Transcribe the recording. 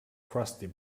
crusty